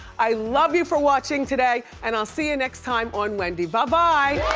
i love you for watching today and i'll see you next time on wendy, bye bye.